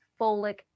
folic